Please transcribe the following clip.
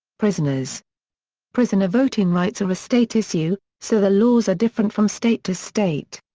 prisoners prisoner voting rights are a state issue, so the laws are different from state to state.